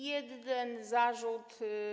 Jeden zarzut.